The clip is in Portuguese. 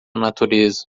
natureza